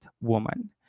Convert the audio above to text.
woman